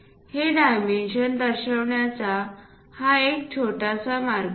हे डायमेन्शन दर्शविण्याचा हा एक छोटासा मार्ग आहे